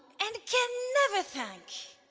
and can never thank.